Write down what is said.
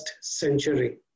century